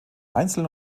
einzeln